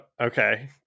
Okay